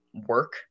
work